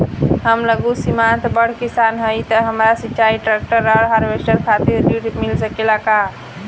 हम लघु सीमांत बड़ किसान हईं त हमरा सिंचाई ट्रेक्टर और हार्वेस्टर खातिर ऋण मिल सकेला का?